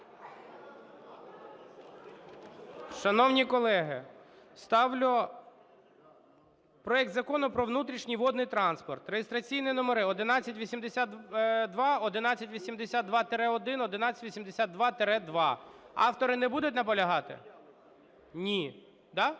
Шановні колеги, ставлю проект Закону про внутрішній водний транспорт, (реєстраційні номери 1182, 1182-1, 1182-2), автори не будуть наполягати? Ні,